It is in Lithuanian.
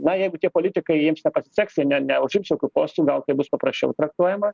na jeigu tie politikai jiems nepasiseks jie ne neužims jokių postų gal tai bus paprasčiau traktuojama